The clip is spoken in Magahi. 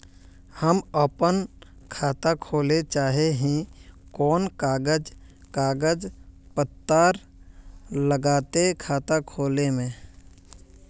हम अपन खाता खोले चाहे ही कोन कागज कागज पत्तार लगते खाता खोले में?